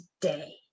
today